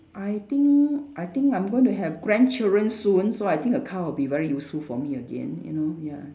I think I think I'm going to have grandchildren soon so I think a car will be very useful for me again you know ya